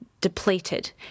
depleted